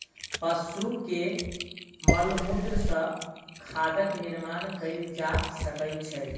पशु के मलमूत्र सॅ खादक निर्माण कयल जा सकै छै